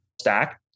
stack